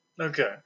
Okay